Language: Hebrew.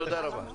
תודה רבה.